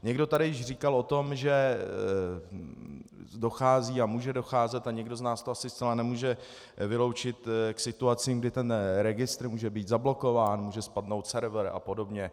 Někdo tady již říkal o tom, že dochází a může docházet a nikdo z nás to asi zcela nemůže vyloučit k situacím, kdy ten registr může být zablokován, může spadnout server apod.